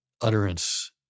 Utterance